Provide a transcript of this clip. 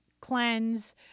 cleanse